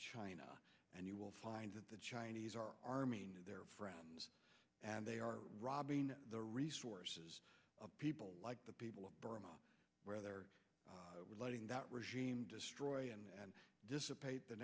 china and you will find that the chinese are arming their friends and they are robbing the resources of people like the people of burma where they're letting that regime destroy and dissipate the